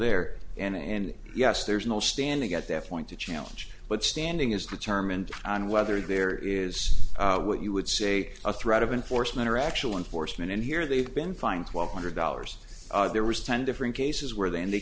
there and yes there is no standing at that point to challenge but standing is determined on whether there is what you would say a threat of enforcement or actual enforcement and here they've been fined one hundred dollars there was ten different cases where they and they